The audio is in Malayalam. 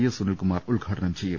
എസ് സുനിൽകുമാർ ഉദ്ഘാ ടനം ചെയ്യും